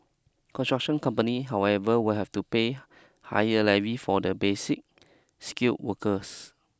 construction company however will have to pay higher levy for the Basic Skill workers